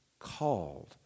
called